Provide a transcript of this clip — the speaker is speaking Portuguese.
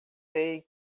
sei